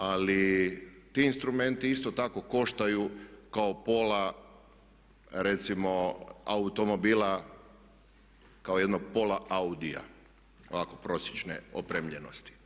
Ali ti instrumenti isto tako koštaju kao pola recimo automobila, kao jedno pola Audija ovako prosječne opremljenosti.